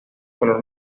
color